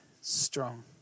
strong